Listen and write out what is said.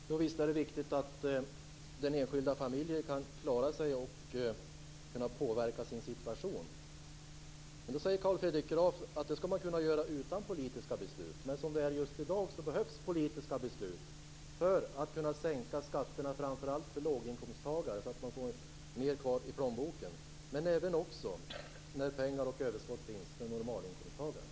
Fru talman! Visst är det viktigt att den enskilda familjen kan klara sig och att den skall kunna påverka sin situation. Då säger Carl Fredrik Graf att man skall kunna göra detta utan politiska beslut. Men som det är just i dag behövs politiska beslut. De behövs för att man skall kunna sänka skatterna för framför allt låginkomsttagare så att de får mer kvar i plånboken men även, när pengar och överskott finns, för normalinkomsttagare.